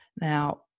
Now